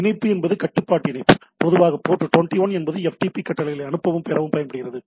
இணைப்பு என்பது கட்டுப்பாட்டு இணைப்பு பொதுவாக போர்ட் 21 என்பது FTP கட்டளைகளை அனுப்பவும் பெறவும் பயன்படுகிறது